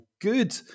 good